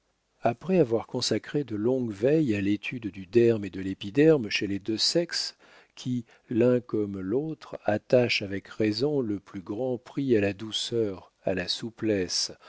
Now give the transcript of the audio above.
après avoir consacré de longues veilles à l'étude du derme et de l'épiderme chez les deux sexes qui l'un comme l'autre attachent avec raison le plus grand prix à la douceur à la souplesse